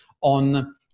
on